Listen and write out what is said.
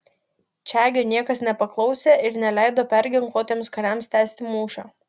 čegio niekas nepaklausė ir neleido perginkluotiems kariams tęsti mūšio